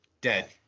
Dead